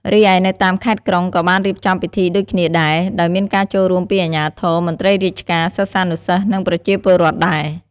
រីឯនៅតាមខេត្តក្រុង ក៏បានរៀបចំពិធីដូចគ្នាដែរ ដោយមានការចូលរួមពីអាជ្ញាធរ មន្ត្រីរាជការ សិស្សានុសិស្ស និងប្រជាពលរដ្ឋ ដែរ។